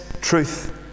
truth